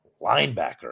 Linebacker